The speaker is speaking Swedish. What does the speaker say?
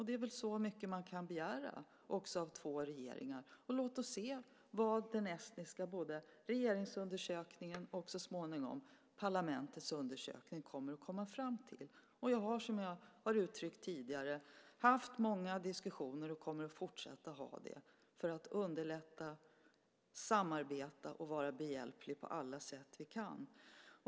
Det är väl så mycket man kan begära av två regeringar. Låt oss se vad de estniska undersökningarna, både regeringens och så småningom parlamentets, kommer att komma fram till. Jag har, som jag uttryckt tidigare, haft många diskussioner och kommer att fortsätta att ha det för att underlätta, samarbeta och vara behjälplig på alla sätt jag kan.